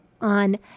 on